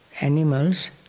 animals